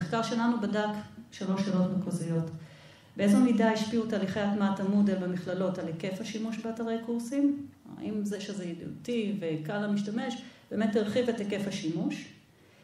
‫המחקר שלנו בדק ‫שלוש שאלות מרכזיות. ‫באיזו מידה השפיעו תהליכי ‫הטמעת המודל במכללות ‫על היקף השימוש באתרי קורסים? ‫האם זה שזה ידידותי ‫וקל למשתמש, ‫באמת הרחיב את היקף השימוש?